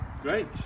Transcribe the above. Great